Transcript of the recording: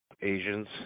Asians